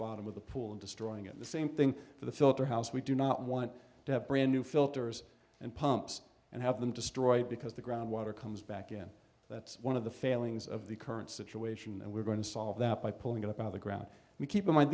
bottom of the pool and destroying at the same thing for the filter house we do not want to have brand new filters and pumps and have them destroyed because the groundwater comes back in that's one of the failings of the current situation and we're going to solve that by pulling it up out of the ground we keep